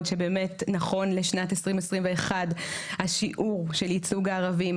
שבאמת נכון לשנת 2021 השיעור של ייצוג הערבים,